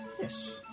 Yes